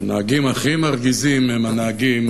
הנהגים הכי מרגיזים הם הנהגים